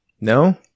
No